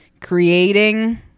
creating